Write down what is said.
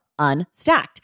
Unstacked